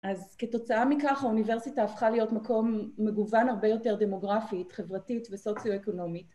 אז כתוצאה מכך האוניברסיטה הפכה להיות מקום מגוון הרבה יותר דמוגרפי, חברתית וסוציו-אקונומית.